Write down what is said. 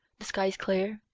the sky is clear,